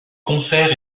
concert